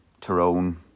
Tyrone